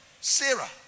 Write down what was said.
Sarah